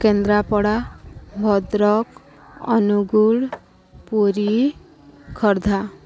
Kendrapara Bhadrak Angul Puri Khordha